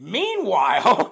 meanwhile